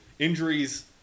injuries